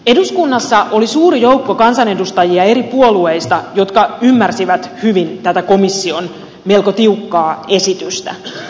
eduskunnassa oli suuri joukko kansanedustajia eri puolueista joka ymmärsi hyvin tätä komission melko tiukkaa esitystä